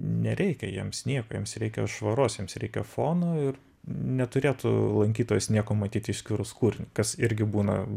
nereikia jiems nieko jiems reikia švaros jiems reikia fono ir neturėtų lankytojas nieko matyti išskyrus kūrinį kas irgi būna